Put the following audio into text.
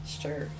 Sure